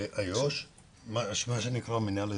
אזור יהודה ושומרון, מה שנקרא המינהל האזרחי.